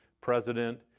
president